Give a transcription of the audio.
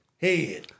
head